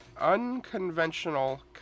unconventional